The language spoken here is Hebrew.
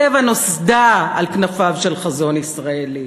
"טבע" נוסדה על כנפיו של חזון ישראלי,